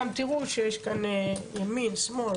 גם תראו שיש כאן ימין שמאל,